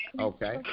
Okay